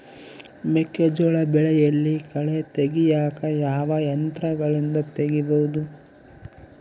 ಮೆಕ್ಕೆಜೋಳ ಬೆಳೆಯಲ್ಲಿ ಕಳೆ ತೆಗಿಯಾಕ ಯಾವ ಯಂತ್ರಗಳಿಂದ ತೆಗಿಬಹುದು?